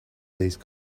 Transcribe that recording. these